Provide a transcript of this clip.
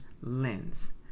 lens